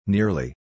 Nearly